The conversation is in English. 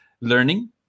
learning